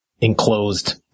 enclosed